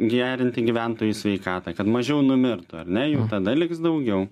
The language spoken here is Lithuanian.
gerinti gyventojų sveikatą kad mažiau numirtų ar ne jų tada liks daugiau